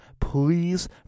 Please